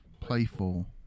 playful